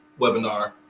webinar